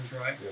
right